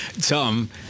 Tom